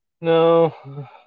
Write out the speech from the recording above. No